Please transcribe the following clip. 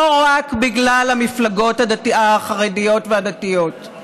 לא רק בגלל המפלגות החרדיות והדתיות,